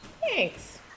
Thanks